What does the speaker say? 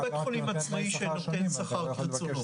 זה לא בית חולים עצמאי שנותן שכר כרצונו.